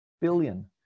billion